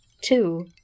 two